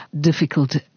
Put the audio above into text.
difficult